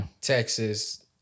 Texas